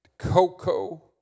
Cocoa